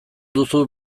duzu